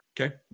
okay